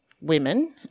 women